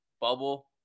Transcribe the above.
Bubble